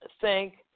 thank